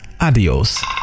adios